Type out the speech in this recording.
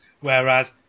whereas